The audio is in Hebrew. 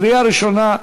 קריאה ראשונה,